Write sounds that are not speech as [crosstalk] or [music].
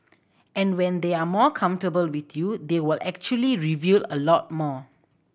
and when they are more [unintelligible] with you they will actually reveal a lot more